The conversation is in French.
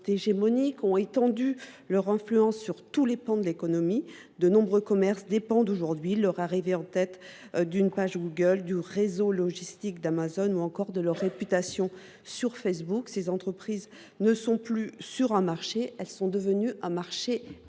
ont étendu leur influence sur tous les pans de l’économie ; de fait, nombre de commerces dépendent aujourd’hui de leur placement en tête d’une page Google, du réseau logistique d’Amazon ou encore de leur réputation sur Facebook. Ces plateformes n’exercent donc plus sur un marché, elles sont devenues un marché en soi